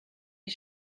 die